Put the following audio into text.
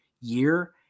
year